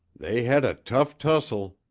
they had a tough tussle.